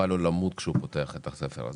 בא לו למות כשהוא פותח את הספר הזה.